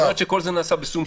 את אומרת שכל זה נעשה בשום שכל.